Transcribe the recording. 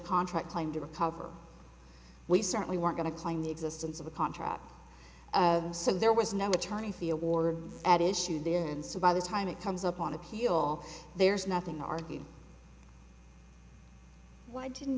contract claim to recover we certainly weren't going to claim the existence of a contract so there was no attorney fia war at issue then so by the time it comes up on appeal there's nothing argue why didn't